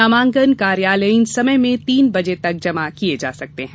नामांकन कार्यालयीन समय में तीन बजे तक जमा किए जा सकते हैं